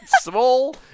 small